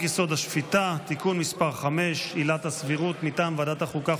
השפיטה (תיקון מס' 5) (עילת הסבירות) מטעם ועדת החוקה,